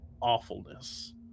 awfulness